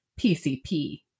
PCP